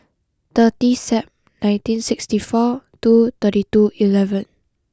thirty Sep nineteen sixty four two thirty two eleven